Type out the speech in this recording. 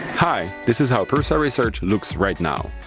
hi, this is how prusa research looks right now.